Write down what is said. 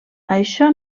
això